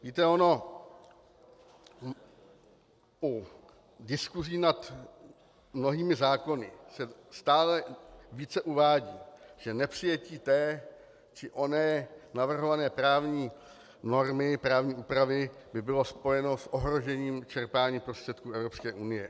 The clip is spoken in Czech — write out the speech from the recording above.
Víte, ono u diskusí nad mnohými zákony se stále více uvádí, že nepřijetí té či oné navrhované právní normy, právní úpravy by bylo spojeno s ohrožením čerpání prostředků Evropské unie.